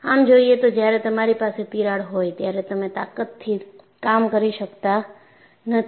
આમ જોયે તો જ્યારે તમારી પાસે તિરાડ હોય ત્યારે તમે તાકતથી કામ કરી શકતા નથી